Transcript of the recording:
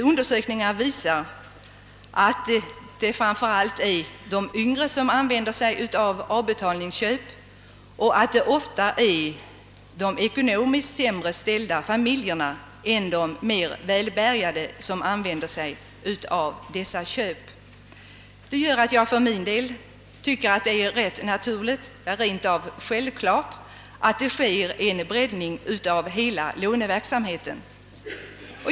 Undersökningar visar att det framför allt är yngre personer samt de ekonomiskt sämre ställda familjerna som använder sig av avbetalningsköp. Det gör att jag tycker att det är rätt naturligt, ja rentav självklart, att det sker en breddning av hela låneverksamheten.